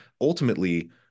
ultimately